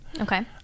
Okay